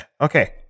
Okay